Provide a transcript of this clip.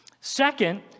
Second